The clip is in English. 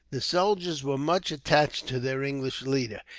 the soldiers were much attached to their english leader.